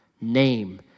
name